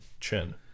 chin